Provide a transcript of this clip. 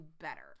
better